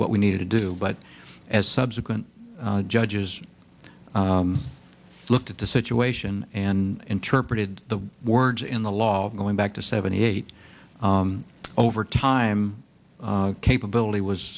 what we needed to do but as subsequent judges looked at the situation and interpreted the words in the law going back to seventy eight over time capability was